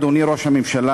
אדוני ראש הממשלה,